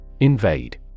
Invade